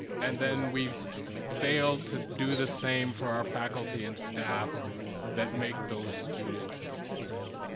and then we failed to do the same for our faculty and staff that make those students succeed.